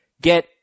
Get